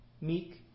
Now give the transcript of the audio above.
meek